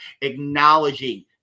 acknowledging